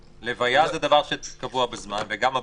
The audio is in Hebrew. לוויה זה דבר שקבוע בזמן, גם הברית,